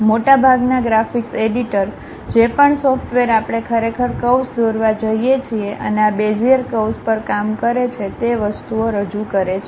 મોટાભાગના graphics editor જે પણ સોસોફ્ટવેર આપણે ખરેખરકર્વ્સ દોરવા જઈએ છીએ અને આ બેઝીઅર કર્વ્સ પર કામ કરે છે તે વસ્તુઓ રજૂ કરે છે